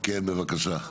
כן, בבקשה.